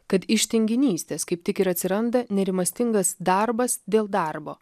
kad iš tinginystės kaip tik ir atsiranda nerimastingas darbas dėl darbo